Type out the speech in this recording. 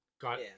Got